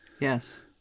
Yes